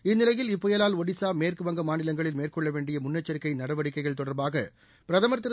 இந்நிலையில் இப்புயவால் ஒடிசா மேற்குவங்கம் மாநிலங்களில் மேற்கொள்ள வேண்டிய முன்னெச்சரிக்கை நடவடிக்கைகள் தொடர்பாக பிரதமர் திரு